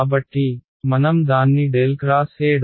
కాబట్టి మనం దాన్ని ∇ X E